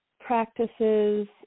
practices